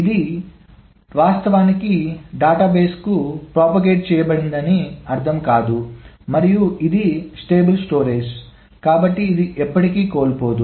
ఇది వాస్తవానికి డేటాబేస్కు ప్రొపగేటడ్ చేయబడిందని దీని అర్థం కాదు మరియు ఇది స్థిరమైన నిల్వ కాబట్టి ఇది ఎప్పటికీ కోల్పోదు